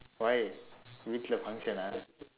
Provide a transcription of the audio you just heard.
why function ah